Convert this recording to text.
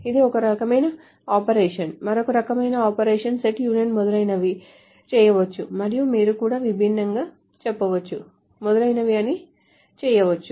ఇది ఒక రకమైన ఆపరేషన్ మరొక రకమైన ఆపరేషన్ సెట్ యూనియన్ మొదలైనవి చేయవచ్చు మరియు మీరు కూడా విభిన్నంగా చెప్పవచ్చు మొదలైనవి అన్నీ చేయవచ్చు